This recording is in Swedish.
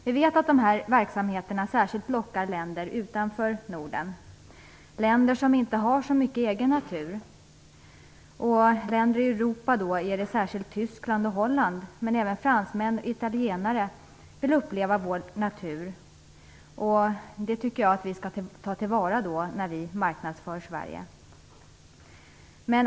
Vi vet att dessa verksamheter särskilt lockar länder utanför Norden. Det är länder som inte har så mycket egen natur. Av européerna är det särskilt tyskar och holländare, men även fransmän och italienare, som vill uppleva vår natur. Det tycker jag att vi skall ta till vara när vi marknadsför Sverige.